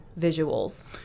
visuals